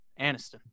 aniston